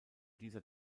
dieser